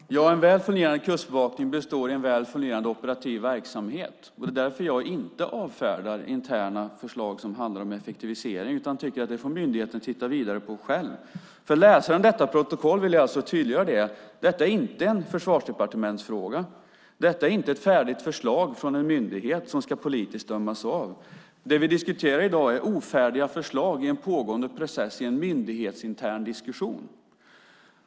Fru talman! Ja, en väl fungerande kustbevakning består i en väl fungerande operativ verksamhet, och det är därför jag inte avfärdar interna förslag som handlar om effektivisering utan tycker att myndigheten själv får titta vidare på det. För läsaren av detta protokoll vill jag tydliggöra: Detta är inte en försvarsdepartementsfråga. Detta är inte ett färdigt förslag från en myndighet som ska politiskt dömas av. Det vi diskuterar i dag är ofärdiga förslag i en pågående process i en myndighetsintern diskussion.